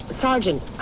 Sergeant